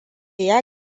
ya